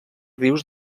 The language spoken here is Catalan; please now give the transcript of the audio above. rius